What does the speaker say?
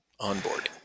Onboarding